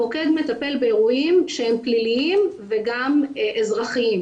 המוקד מטפל באירועים שהם פליליים וגם אזרחיים.